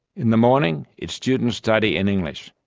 in the morning, its students study in english.